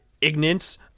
ignorance